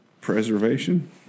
preservation